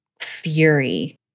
fury